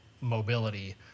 mobility